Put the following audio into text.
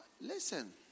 Listen